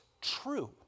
true